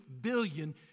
billion